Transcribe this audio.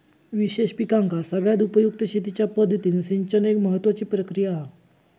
विशेष पिकांका सगळ्यात उपयुक्त शेतीच्या पद्धतीत सिंचन एक महत्त्वाची प्रक्रिया हा